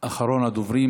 אחרון הדוברים.